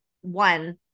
one